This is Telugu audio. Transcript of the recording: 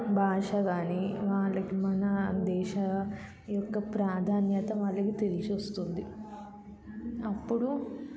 భాష కానీ వాళ్ళకి మన దేశం యొక్క ప్రాధాన్యత వాళ్ళకి తెలిసి వస్తుంది అప్పుడు